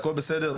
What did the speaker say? הכול בסדר,